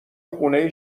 خونه